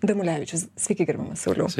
damulevičius sveiki gerbiamas sauliau